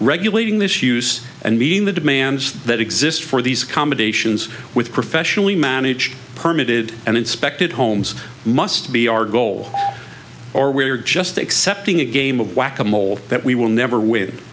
regulating this use and meeting the demands that exist for these combinations with professionally managed permitted and inspected homes must be our goal or we are just accepting a game of whack a mole that we will never w